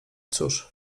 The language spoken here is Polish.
cóż